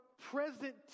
present